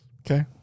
okay